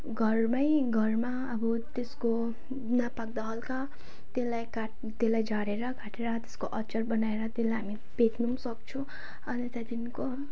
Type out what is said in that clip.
घरमै घरमा अब त्यसको नपाक्दा हल्का त्यसलाई काट् त्यसलाई झारेर काटेर त्यसको अचार बनाएर त्यसलाई हामी बेच्नु सक्छौँ अन्त त्यहाँदेखिको